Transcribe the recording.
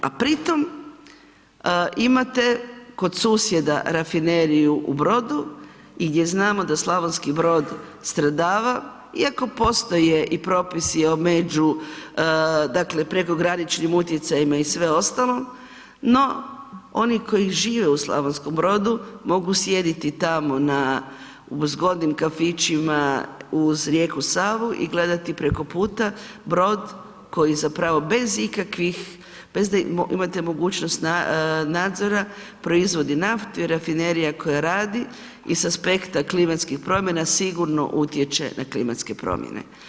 A pri tome imate kod susjeda rafineriju u Brodu i gdje znamo da Slavonski Brod stradava iako postoje i propisi o među, dakle prekograničnim utjecajima i sve ostalo, no oni koji žive u Slavonskom Brodu mogu sjediti tamo u zgodnim kafićima uz rijeku Savu i gledati preko puta brod koji zapravo bez ikakvih bez da imate mogućnost nadzora proizvodi naftu i rafinerija koja radi iz aspekta klimatskih promjena sigurno utječe na klimatske promjene.